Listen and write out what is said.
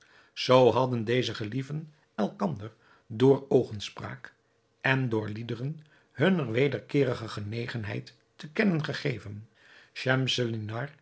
zoo hadden deze gelieven elkander door oogenspraak en door liederen hunne wederkeerige genegenheid te kennen gegeven